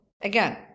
again